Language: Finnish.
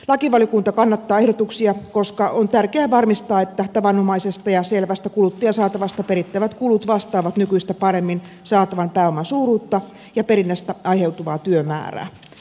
lakivaliokunta kannattaa ehdotuksia koska on tärkeää varmistaa että tavanomaisesta ja selvästä kuluttajasaatavasta perittävät kulut vastaavat nykyistä paremmin saatavan pääoman suuruutta ja perinnästä aiheutuvaa työmäärää